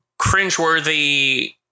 cringeworthy